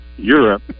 Europe